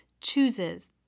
chooses